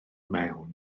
mewn